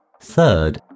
Third